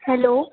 hello